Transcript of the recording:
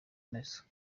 nazo